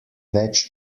več